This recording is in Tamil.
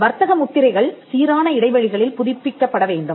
வர்த்தக முத்திரைகள் சீரான இடைவெளிகளில் புதுப்பிக்கப்பட வேண்டும்